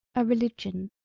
a religion,